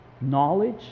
knowledge